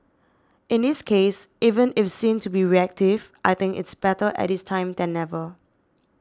in this case even if seen to be reactive I think it's better at this time than never